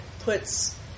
puts